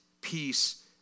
peace